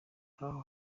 nk’aho